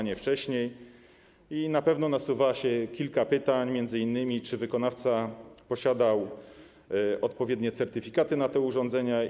Na pewno nasuwa się kilka pytań, m.in.: Czy wykonawca posiadał odpowiednie certyfikaty na to urządzenie?